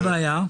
מה הבעיה?